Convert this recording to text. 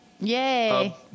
yay